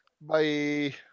bye